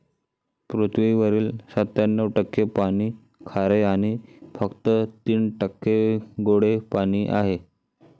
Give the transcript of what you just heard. पृथ्वीवरील सत्त्याण्णव टक्के पाणी खारे आणि फक्त तीन टक्के गोडे पाणी आहे